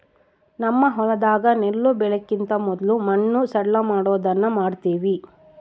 ನಮ್ಮ ಹೊಲದಾಗ ನೆಲ್ಲು ಬೆಳೆಕಿಂತ ಮೊದ್ಲು ಮಣ್ಣು ಸಡ್ಲಮಾಡೊದನ್ನ ಮಾಡ್ತವಿ